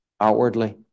outwardly